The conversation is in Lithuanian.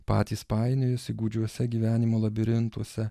patys painiojasi gūdžiuose gyvenimo labirintuose